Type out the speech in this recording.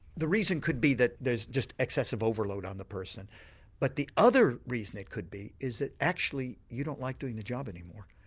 the reason could be that there's just excessive overload on the person but the other reason it could be is that actually you don't like doing the job any more.